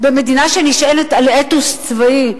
במדינה שנשענת על אתוס צבאי.